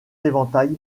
éventail